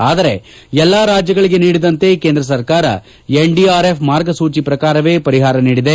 ಆದರೆ ಎಲ್ಲಾ ರಾಜ್ಗಳಿಗೆ ನೀಡಿದಂತೆ ಕೇಂದ್ರ ಸರ್ಕಾರ ಎನ್ಡಿಆರ್ಎಪ್ ಮಾರ್ಗಸೂಚಿಯ ಪ್ರಕಾರವೇ ಪರಿಹಾರ ನೀಡಿದೆ